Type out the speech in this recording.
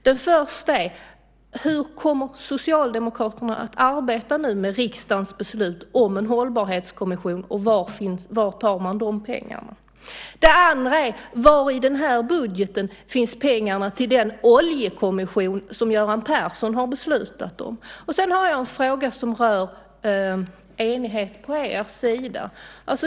Den första är: Hur kommer Socialdemokraterna att arbeta nu med riksdagens beslut om en hållbarhetskommission och var tar man pengarna ifrån? Den andra är: Var i den här budgeten finns pengarna till den oljekommission som Göran Persson har beslutat om? Och så har jag en fråga som rör enigheten på er sida.